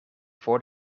voor